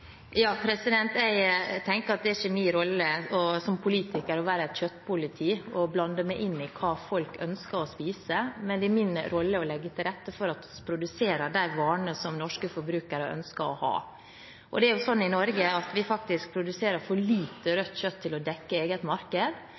det ikke er min rolle som politiker å være kjøttpoliti og blande meg inn i hva folk ønsker å spise, men det er min rolle å legge til rette for produksjon av de varene som norske forbrukere ønsker. Det er slik i Norge at vi faktisk produserer for lite rødt kjøtt til å dekke eget marked.